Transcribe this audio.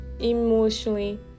emotionally